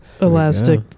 elastic